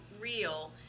real